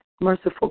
merciful